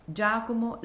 Giacomo